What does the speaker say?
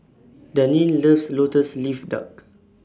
Daneen loves Lotus Leaf Duck